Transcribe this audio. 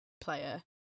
player